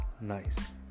Nice